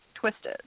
twisted